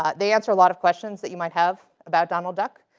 ah they answer a lot of questions that you might have about donald duck.